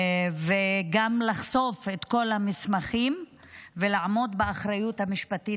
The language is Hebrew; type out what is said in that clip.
וגם לחשוף את כל המסמכים ולעמוד באחריות המשפטית